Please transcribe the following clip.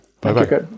Bye-bye